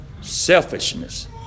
selfishness